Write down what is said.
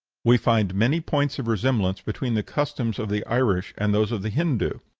we find many points of resemblance between the customs of the irish and those of the hindoo.